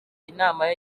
inama